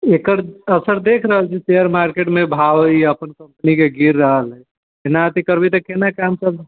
एकर असर देख रहल छी शेयर मार्केट मे भाव ई अपन शब्जी के गिर रहल हय ना अथी करबै तऽ केना काम चलत